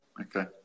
Okay